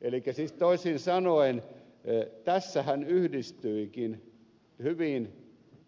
elikkä siis toisin sanoen tässähän yhdistyikin hyvin